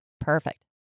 perfect